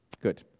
Good